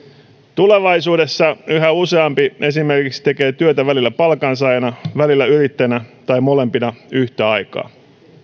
tulevaisuudessa yhä useampi esimerkiksi tekee työtä välillä palkansaajana välillä yrittäjänä tai molempina yhtä aikaa